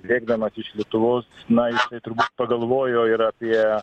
lėkdamas iš lietuvos na jisai turbūt pagalvojo ir apie